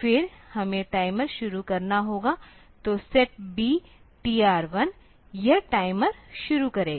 फिर हमें टाइमर शुरू करना होगा तो SETB TR1 यह टाइमर शुरू करेगा